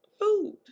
food